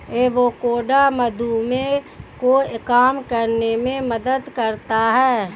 avocado मधुमेह को कम करने में मदद करता है